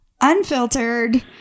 unfiltered